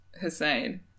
Hussein